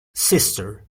sister